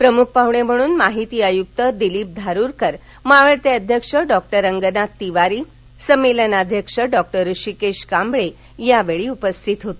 प्रमृख पाहणे म्हणून माहिती आयक्त दिलीप धारूरकर मावळते अध्यक्ष डॉ रंगनाथ तिवारी संमेलनाध्यक्ष डॉक्टर ऋषीकेश कांबळे यावेळी प्रामुख्यानं उपस्थित होते